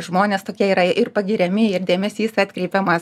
žmonės tokie yra ir pagiriami ir dėmesys atkreipiamas